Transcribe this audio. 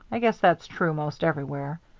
i guess that's true most everywhere.